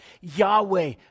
Yahweh